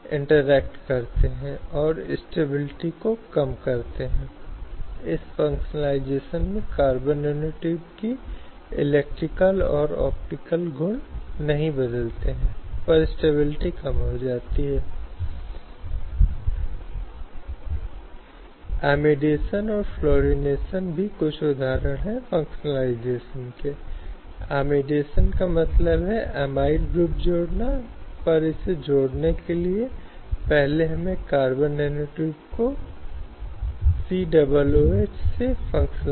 विशेष कानून जो महिलाओं के लिए विशेष रूप से बोलने की आवश्यकता होती है जैसे कि वह 1961 के मातृत्व लाभ अधिनियम की तरह हैं हम जानते हैं कि मातृत्व एक ऐसी चीज है जो विशेष रूप से महिलाओं के लिए है और इसलिए यह महिलाओं के लिए जीवन और जीवन की प्रगति का एक स्वाभाविक हिस्सा है और इसलिए यह यह महत्वपूर्ण है कि एक महिला जो एक माँ होने के लिए है उसे उसके लिए कुछ सुरक्षा की गारंटी दी जानी चाहिए साथ ही साथ उसके बच्चे का कल्याण जो परिवार के लिए महत्वपूर्ण है जो समाज के लिए महत्वपूर्ण है और राज्य के लिए महत्वपूर्ण है